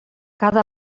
cada